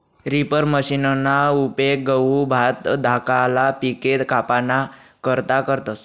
reaper मशिनना उपेग गहू, भात धाकला पिके कापाना करता करतस